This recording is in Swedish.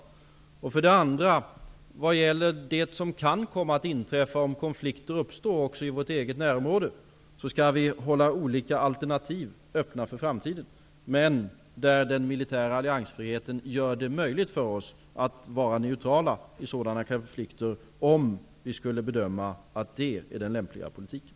För det andra skall vi hålla olika alternativ öppna för framtiden när det gäller vad som kan komma att inträffa om konflikter också i vårt eget närområde uppstår. Men den militära alliansfriheten skall göra det möjligt för oss att vara neutrala i sådana konflikter om vi skulle bedöma det som den lämpliga politiken.